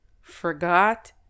forgot